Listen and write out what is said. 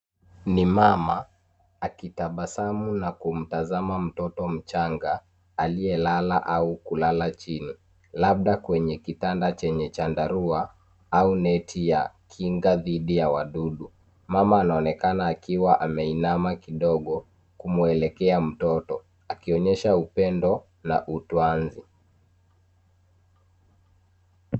Ni mama, akitabasamu na kumtazama mtoto mchanga, aliyelala au kulala chini labda kwenye kitanda chenye chandarua au neti ya kinga dhidi ya wadudu. Mama anaonekana akiwa ameinama kidogo, kumwelekea mtoto akionyesha upendo na utwanzi.